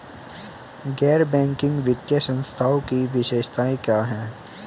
गैर बैंकिंग वित्तीय संस्थानों की विशेषताएं क्या हैं?